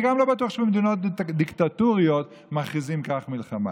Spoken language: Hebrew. אני גם לא בטוח שבמדינות דיקטטוריות מכריזים כך מלחמה,